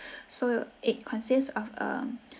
so it consists of a